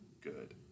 good